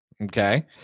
Okay